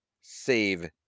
save